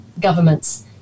governments